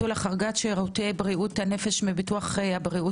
על סדר-היום: ביטול החרגת שירותי בריאות הנפש מביטוח הבריאות